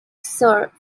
sir